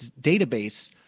database